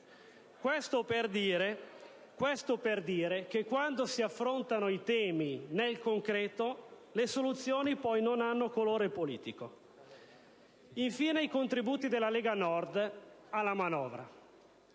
questo passaggio perché quando si affrontano i temi nel concreto, le soluzioni poi non hanno colore politico. Infine, ricordo i contributi della Lega Nord alla manovra.